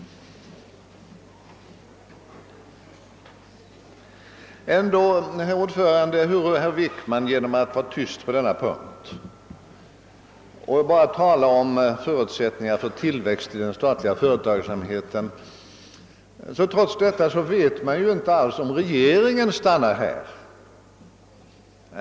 Ehuru herr Wickman varit tyst på denna punkt och bara talat om förutsättningar för tillväxt i den statliga företagsamheten, vet vi inte alls, om regeringen stannar vid detta.